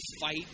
fight